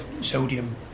sodium